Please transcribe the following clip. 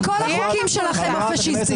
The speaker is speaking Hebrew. כל הח"כים שלכם הפשיסטים.